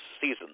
season